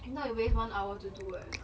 if not you waste one hour to do eh